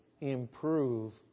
improve